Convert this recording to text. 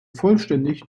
vollständig